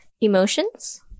Emotions